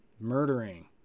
murdering